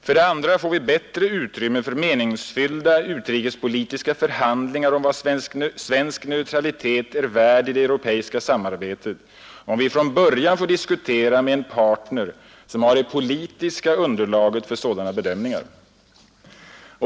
För det andra får vi bättre utrymme för meningsfyllda utrikespolitiska förhandlingar om vad svensk neutralitet är värd i det europeiska samarbetet, om vi från början får diskutera med en partner som har det politiska underlaget för sådana bedömningar.